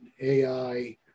AI